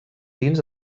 dins